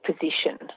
position